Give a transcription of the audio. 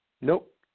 Nope